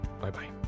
Bye-bye